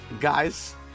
Guys